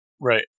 Right